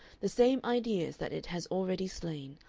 the same ideas that it has already slain,